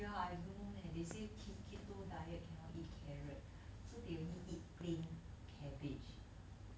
ya I don't know leh they say keep keto diet cannot eat carrot so they only eat plain cabbage